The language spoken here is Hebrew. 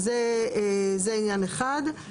זה עניין אחד.